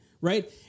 right